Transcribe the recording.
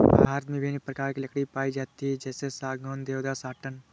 भारत में विभिन्न प्रकार की लकड़ी पाई जाती है जैसे सागौन, देवदार, साटन